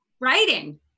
writing